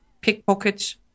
Pickpockets